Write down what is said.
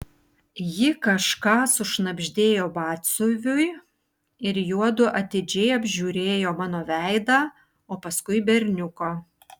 ji kažką sušnabždėjo batsiuviui ir juodu atidžiai apžiūrėjo mano veidą o paskui berniuko